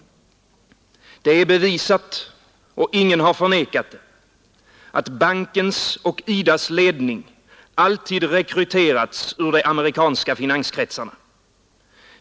Det är bevisat, och ingen har förnekat det, att bankens och IDA:s ledning alltid rekryterats ur de amerikanska finanskretsarna.